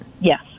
Yes